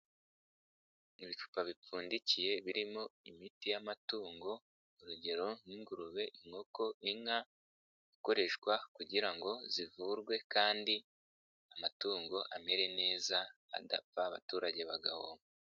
Ibicupa bipfundikiye birimo imiti y'amatungo urugero nk'ingurube, inkoko, inka, ikoreshwa kugira ngo zivurwe kandi amatungo amere neza adapfa abaturage bagahomba.